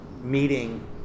meeting